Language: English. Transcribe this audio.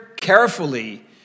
carefully